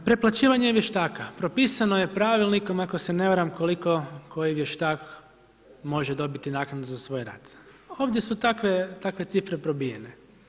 Dalje, preplaćivanje vještaka, propisano je pravilnikom, ako se ne varam, koliko koji vještak može dobiti naknadu za svoj rad, ovdje su takve cifre probijene.